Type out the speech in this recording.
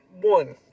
One